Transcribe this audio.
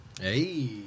Hey